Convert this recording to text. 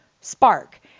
spark